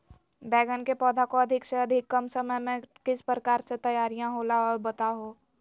बैगन के पौधा को अधिक से अधिक कम समय में किस प्रकार से तैयारियां होला औ बताबो है?